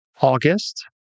August